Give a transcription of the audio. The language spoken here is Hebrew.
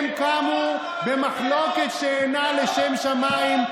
הם קמו במחלוקת שאינה לשם שמיים,